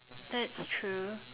that's true